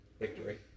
Victory